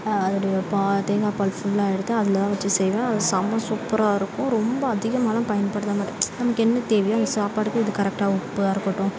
அதுல பால் தேங்காய் பால் ஃபுல்லாக எடுத்து அதுலதான் வச்சு செய்வேன் சம்ம சூப்பராக இருக்கும் ரொம்ப அதிகமாகலாம் பயன்படுத்த மாட்டோம் நமக்கு என்ன தேவையோ அதை சாப்பாடுக்கு இது கரெட்டாக உப்பாக இருக்கட்டும்